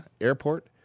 Airport